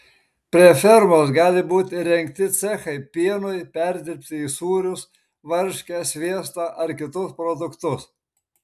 prie fermos gali būti įrengti cechai pienui perdirbti į sūrius varškę sviestą ar kitus produktus